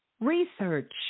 research